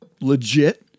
legit